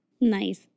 Nice